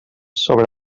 sobre